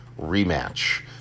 rematch